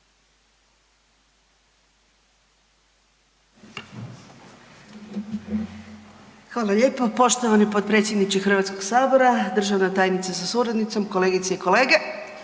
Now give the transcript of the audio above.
Hvala lijepo. Poštovani potpredsjedniče Hrvatskog sabora, državna tajnice sa suradnicom, kolegice i kolege.